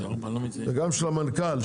וגם של המנכ"ל,